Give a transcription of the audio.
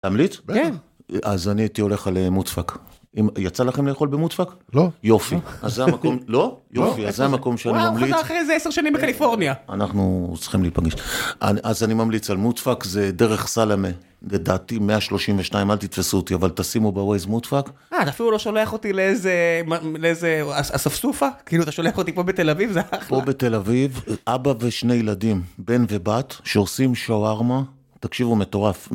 אז אני הייתי הולך על מוצפק, יצא לכם לאכול במוצפק? יופי, אז זה המקום שאני ממליץ, אנחנו צריכים להפגש, אז אני ממליץ על מוצפק זה דרך סלמה, זה דעתי 132 אל תתפסו אותי אבל תשימו בווייז מוצפק, אה תפילו לא שולח אותי לאיזה ספסופה, כאילו אתה שולח אותי כמו בתל אביב זה אחלה, פה בתל אביב אבא ושני ילדים בן ובת שעושים שוארמה, תקשיבו מטורף.